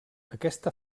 aquesta